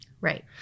Right